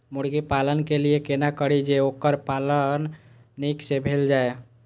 मुर्गी पालन के लिए केना करी जे वोकर पालन नीक से भेल जाय?